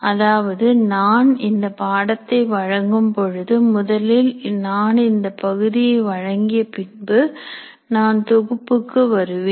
அதாவது நான் இந்த பாடத்தை வழங்கும் பொழுது முதலில் நான் இந்த பகுதியை வழங்கி பின்பு நான் தொகுப்புக்கு வருவேன்